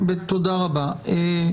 תודה רבה.